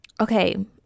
okay